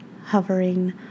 hovering